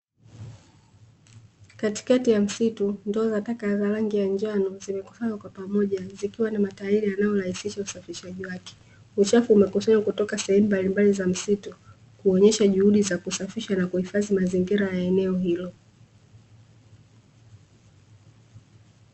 Katikati ya msitu ndoo za taka za rangi ya njano zimekusanywa pamoja zikiwa na matairi yanayorahisisha usafirishaji wake. Uchafu umekusanywa kutoka sehemu mbalimbali za msitu kuonyesha juhudi za kusafisha na kuhifadhia mazingira ya eneo hilo.